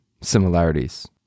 similarities